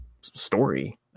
story